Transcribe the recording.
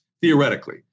theoretically